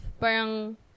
Parang